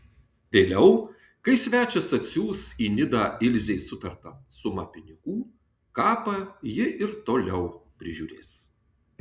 vėliau kai svečias atsiųs į nidą ilzei sutartą sumą pinigų kapą ji ir toliau prižiūrės